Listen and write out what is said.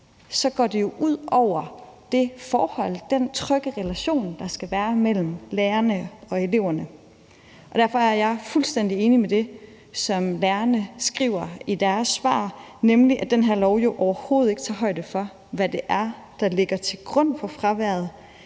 går det jo ud over det forhold og den trygge relation, der skal være mellem lærerne og eleverne. Derfor er jeg fuldstændig enig i det, som lærerne skriver i deres svar, nemlig at den her lov jo overhovedet ikke tager højde for, hvad det er, der ligger til grund for fraværet,